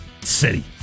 city